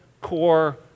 core